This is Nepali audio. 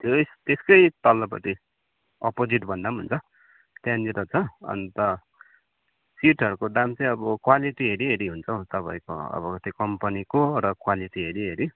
त्यहीँ त्यसकै तल्लोपट्टि अपोजिट भन्दा पनि हुन्छ त्यहाँनिर छ अन्त सिटहरूको दाम चाहिँ अब क्वालिटी हेरी हेरी हुन्छ हौ तपाईँको अब त्यो कम्पनीको र क्वालिटी हेरी हेरी